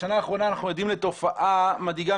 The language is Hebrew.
בשנה האחרונה אנחנו עדים לתופעה מדאיגה